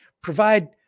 Provide